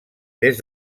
des